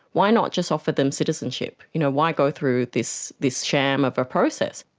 why not just offer them citizenship? you know, why go through this this sham of a process?